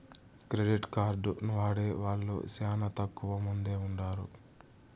credit card వాడే వాళ్ళు శ్యానా తక్కువ మందే ఉంటారు